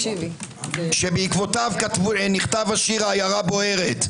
שבעקבותיו נכתב השיר עיירה בוערת.